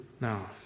Now